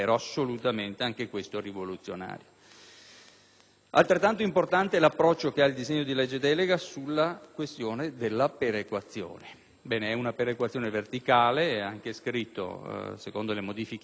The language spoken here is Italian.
Altrettanto importante è l'approccio che ha il disegno di legge delega sulla questione della perequazione. Ebbene, è una perequazione verticale ed è anche previsto dalle modifiche che il Comitato ristretto delle Commissioni ha apportato.